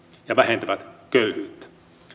ja vähentävät köyhyyttä